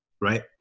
right